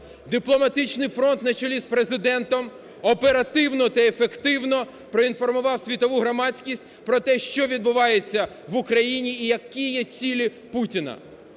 Дипломатичний фронт на чолі з Президентом оперативно та ефективно проінформував світову громадськість про те, що відбувається в Україні і які є цілі Путіна.